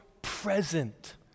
Present